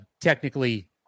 technically